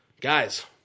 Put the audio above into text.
Guys